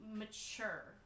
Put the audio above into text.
mature